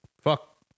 fuck